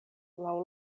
laŭ